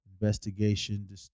investigation